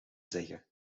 zeggen